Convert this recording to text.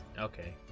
Okay